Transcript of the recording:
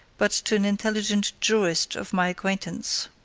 but to an intelligent jurist of my acquaintance.